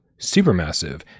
Supermassive